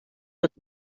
wird